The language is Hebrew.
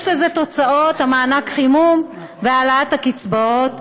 יש לזה תוצאות: מענק החימום והעלאת הקצבאות,